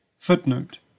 Footnote